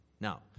Now